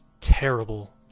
terrible